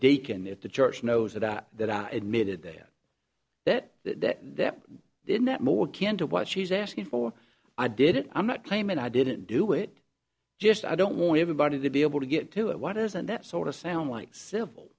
deacon if the church knows that that i admitted there that that that then that more kinda what she's asking for i did it i'm not claiming i didn't do it just i don't want everybody to be able to get to it what isn't that sort of sound like simple